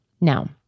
Now